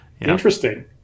Interesting